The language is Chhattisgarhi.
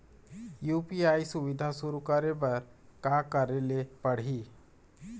यू.पी.आई सुविधा शुरू करे बर का करे ले पड़ही?